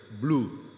blue